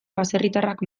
baserritarrak